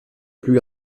plus